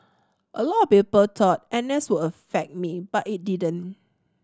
a lot of people thought N S would affect me but it didn't